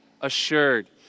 assured